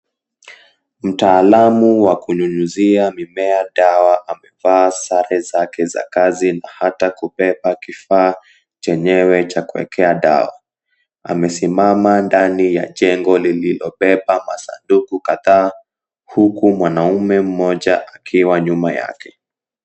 Mtaalamu wakunyunyuzia mimea dawa amevaa sare zake za kazi na hata kubeba kifaa chenyewe cha kuwekea dawa. Amesimama ndani ya jengo lililobeba masanduku kadhaa, huku mwanamme mmoja akiwa nyuma yake.